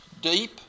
deep